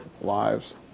lives